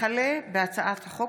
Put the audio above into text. הצעת חוק